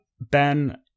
Ben